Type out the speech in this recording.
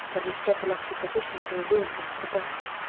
when you struck a lucky position for a wound in the back.